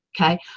okay